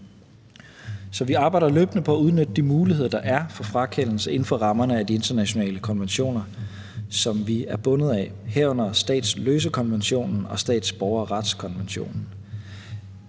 vi arbejder løbende på at udnytte de muligheder, der er for frakendelse, inden for rammerne af de internationale konventioner, som vi er bundet af, herunder statsløsekonventionen og statsborgerretskonventionen.